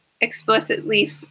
explicitly